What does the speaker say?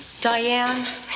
Diane